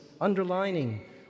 underlining